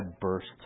burst